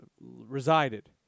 resided